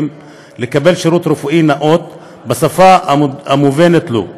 לקבל שירות רפואי נאות וסביר בשפה המובנת לו,